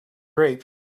grapes